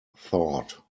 thought